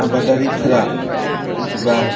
आबादारिफोरा एबा